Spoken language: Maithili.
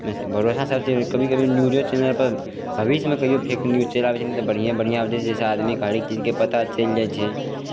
भरोसा सभचीज कभी कभी न्यूजो चैनल पर भविष्यमे कहियो फेक न्यूज चैल आबै छै नहि तऽ बढ़िए बढ़िए आब जाहिसे आदमीके हरेक चीजके पता चलि जाइ छै